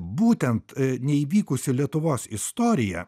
būtent neįvykusi lietuvos istorija